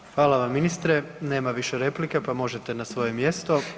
Hvala vam ministre, nema više replika, pa možete na svoje mjesto.